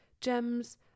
gems